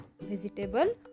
Vegetable